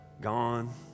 gone